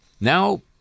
now